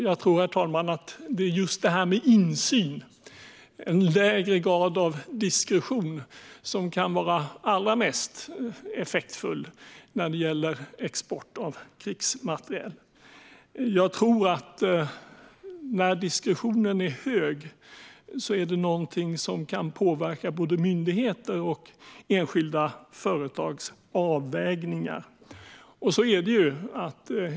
Jag tror nämligen att just detta med insyn och en lägre grad av diskretion kan vara allra mest effektfullt när det gäller export av krigsmateriel. När diskretionen är stor tror jag att det är någonting som kan påverka både myndigheter och enskilda företags avvägningar.